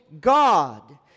God